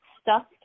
stuffed